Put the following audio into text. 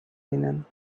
linen